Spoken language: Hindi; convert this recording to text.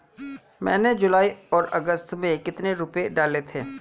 मैंने जुलाई और अगस्त में कितने रुपये डाले थे?